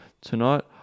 tonight